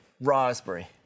raspberry